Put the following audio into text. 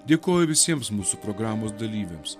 dėkoju visiems mūsų programos dalyviams